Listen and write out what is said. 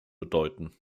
bedeuten